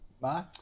Bye